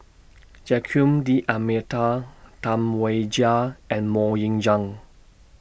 Joaquim D'almeida Tam Wai Jia and Mok Ying Jang